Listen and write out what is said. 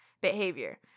behavior